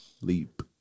leap